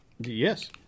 Yes